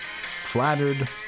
flattered